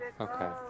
Okay